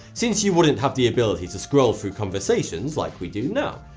since you wouldn't have the ability to scroll through conversations like we do now.